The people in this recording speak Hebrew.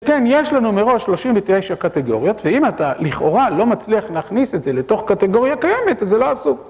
כן, יש לנו מראש 39 קטגוריות, ואם אתה לכאורה לא מצליח להכניס את זה לתוך קטגוריה קיימת, אז זה לא עסוק.